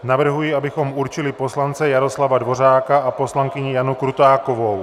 Navrhuji, abychom určili poslance Jaroslava Dvořáka a poslankyni Janu Krutákovou.